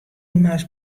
moast